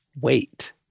wait